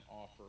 offer